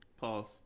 Pause